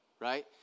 right